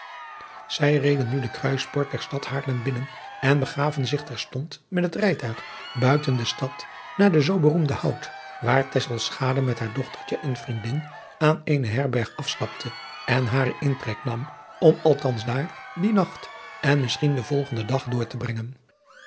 zij reden nu de kruispoort der stad haarlem binnen en begaven zich terstond met het rijtuig buiten de stad naar den zoo beroemden hout waar tesselschade met haar dochtertje en vriendin aan eene herberg afstapte en haren intrek nam om althans daar dien nacht en misschien den volgenden dag door te brengen